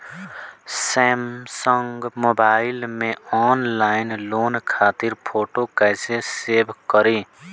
Samsung mobile में online loan खातिर photo कैसे सेभ करीं?